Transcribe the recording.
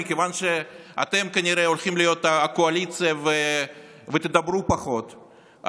שמכיוון שאתם כנראה הולכים להיות הקואליציה ותדברו פחות,